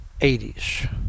80s